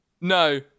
No